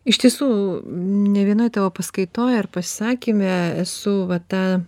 iš tiesų ne vienoj tavo paskaitoj ar pasisakyme su va ta